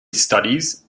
studies